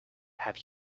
have